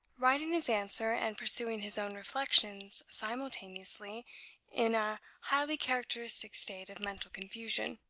writing his answer and pursuing his own reflections simultaneously in a highly characteristic state of mental confusion.